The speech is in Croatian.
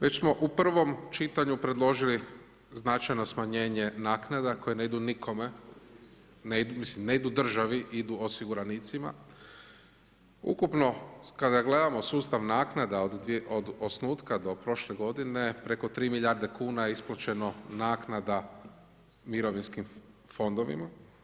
Već smo u prvom čitanju predložili značajno smanjenje naknada koje ne idu nikome, mislim ne idu državi idu osiguranicima, ukupno kada gledamo sustav naknada od osnutka do prošle godine preko 3 milijarde kuna je isplaćeno naknada mirovinskim fondovima.